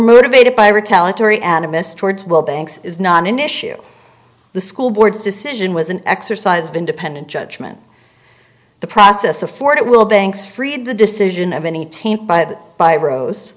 motivated by retaliatory animus towards well banks is not an issue the school board's decision was an exercise of independent judgment the process afford it will banks free the decision of any taint by